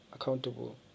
accountable